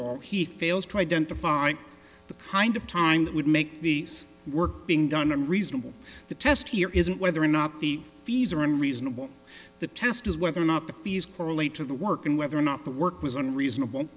or he fails to identify the kind of time that would make the work being done a reasonable the test here isn't whether or not the fees are unreasonable the test is whether or not the fees correlate to the work and whether or not the work was unreasonable